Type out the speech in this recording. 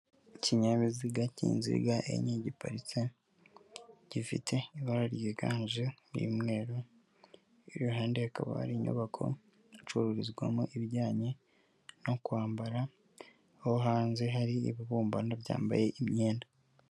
Ikinyabiziga kinziga enye giparitse gifite ibara ryiganje ry' umweru, iruhande hakaba hari inyubako icururizwamo ibijyanye no kwambara aho hanze hari ibibumbano byambaye imyenda.